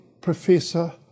professor